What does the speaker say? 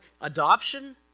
adoption